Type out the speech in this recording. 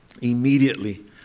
immediately